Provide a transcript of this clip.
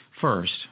First